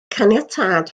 caniatâd